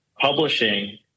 publishing